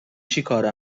چیکاره